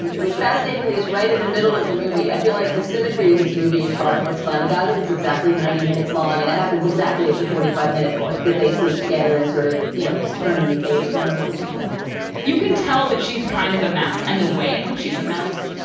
and which fascinatingly is right in the middle of the movie. i feel like the symmetry of this movie is part of what's fun about it is exactly ninety minutes long. and that happens exactly at the forty five minute point that they sleep together and sort of, you know, turn a new page in their relationship you can tell that she's kind of a mess and the way in which she's a mess.